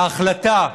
ההחלטה,